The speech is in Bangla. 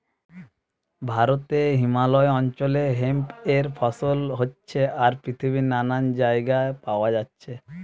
ভারতে হিমালয় অঞ্চলে হেম্প এর ফসল হচ্ছে আর পৃথিবীর নানান জাগায় পায়া যাচ্ছে